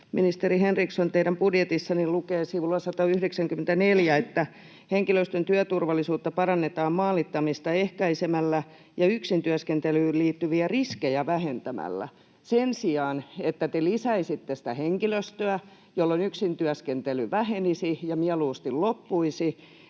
ministeri Henriksson, teidän budjetissanne lukee sivulla 194: ”Henkilöstön työturvallisuutta parannetaan maalittamista ehkäisemällä ja yksin työskentelyyn liittyviä riskejä vähentämällä.” Sen sijaan että te lisäisitte henkilöstöä, jolloin yksintyöskentely vähenisi ja mieluusti loppuisi,